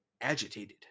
agitated